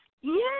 Yes